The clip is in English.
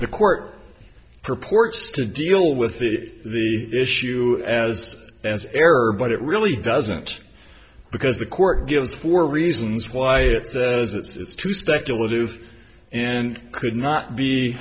the court purports to deal with the issue as as error but it really doesn't because the court gives four reasons why it says it's too speculative and could not be